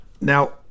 now